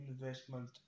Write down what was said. investment